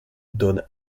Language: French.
donne